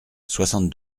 soixante